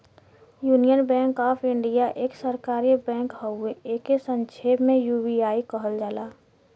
union bank of India एक सरकारी bank हउवे एके संक्षेप में यू.बी.आई कहल जाला